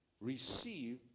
receive